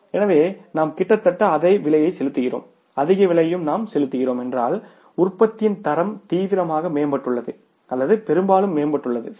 எனவே நாம் கிட்டத்தட்ட அதே விலையை செலுத்துகிறோம் அதிக விலையையும் நாம் செலுத்துகிறோம் என்றால் உற்பத்தியின் தரம் தீவிரமாக மேம்பட்டுள்ளது அல்லது பெரும்பாலும் மேம்பட்டுள்ளது சரி